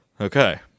Okay